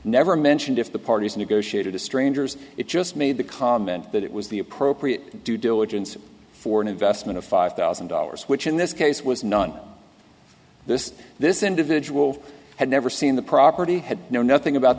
never mentioned if the parties negotiated to strangers it just made the comment that it was the appropriate due diligence for an investment of five thousand dollars which in this case was not this this individual had never seen the property had known nothing about